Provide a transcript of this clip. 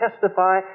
testify